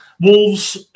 Wolves